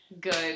good